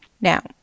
Now